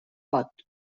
pot